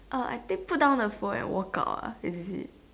uh I think put down the phone and walk out ah is it